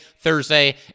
Thursday